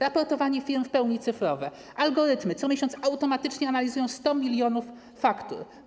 Raportowanie firm jest w pełni cyfrowe, algorytmy co miesiąc automatycznie analizują 100 mln faktur.